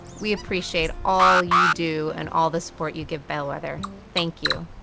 we appreciate all you do and all the support you give bellwether, thank you.